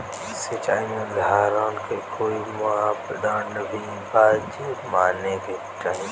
सिचाई निर्धारण के कोई मापदंड भी बा जे माने के चाही?